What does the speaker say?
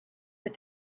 that